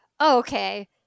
okay